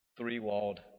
Three-walled